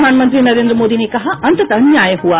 प्रधानमंत्री नरेंद्र मोदी ने कहा अंततः न्याय हुआ